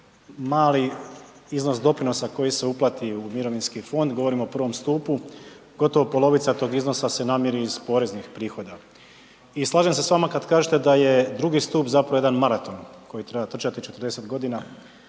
mali iznos doprinosa koji se uplati u mirovinski fond, govorim o I. stupu. Gotovo polovica tog iznosa se namiri iz poreznih prihoda i slažem se s vama kad kažete da je II. stup zapravo jedan maraton koji treba trčati 40 godina